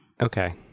Okay